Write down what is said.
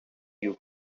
you